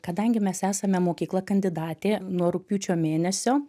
kadangi mes esame mokykla kandidatė nuo rugpjūčio mėnesio